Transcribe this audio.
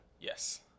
Yes